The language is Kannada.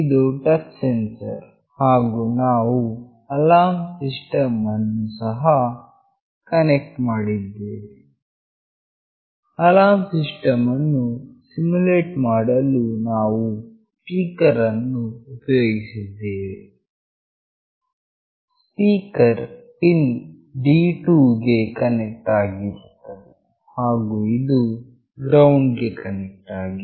ಇದು ಟಚ್ ಸೆನ್ಸರ್ ಹಾಗು ನಾವು ಅಲಾರ್ಮ್ ಸಿಸ್ಟಮ್ ಅನ್ನು ಸಹ ಕನೆಕ್ಟ್ ಮಾಡಿದ್ದೇವೆ ಅಲಾರ್ಮ್ ಸಿಸ್ಟಮ್ ಅನ್ನು ಸಿಮ್ಯುಲೇಟ್ ಮಾಡಲು ನಾವು ಸ್ಪೀಕರ್ ಅನ್ನು ಉಪಯೋಗಿಸಿದ್ದೇವೆ ಸ್ಪೀಕರ್ ವು ಪಿನ್ D2 ಗೆ ಕನೆಕ್ಟ್ ಆಗುತ್ತದೆ ಹಾಗು ಇದು ಗ್ರೌಂಡ್ ಗೆ ಕನೆಕ್ಟ್ ಆಗಿದೆ